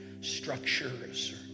structures